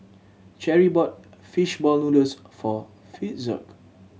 Cheri bought fish ball noodles for Fitzhugh